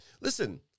Listen